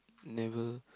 never